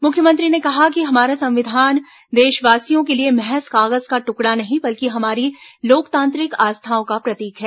मुख्यमंत्री ने कहा कि हमारा संविधान देशवासियों के लिए महज कागज का टुकड़ा नहीं बल्कि हमारी लोकतांत्रिक आस्थाओं का प्रतीक है